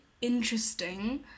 interesting